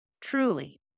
Truly